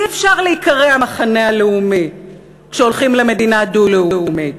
אי-אפשר להיקרא המחנה הלאומי כשהולכים למדינה דו-לאומית.